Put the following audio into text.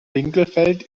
winkelfeld